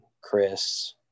Chris